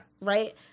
Right